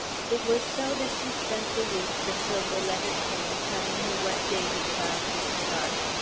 it was so that she spent the weeks until the letter came telling her what day the child would start.